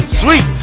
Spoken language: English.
sweet